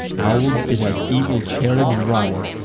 owls did as evil cherubs rise,